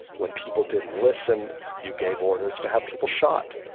when people didn't listen you gave orders to have people shot.